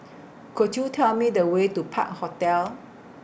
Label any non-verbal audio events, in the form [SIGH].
[NOISE] Could YOU Tell Me The Way to Park Hotel